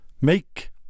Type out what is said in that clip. make